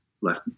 left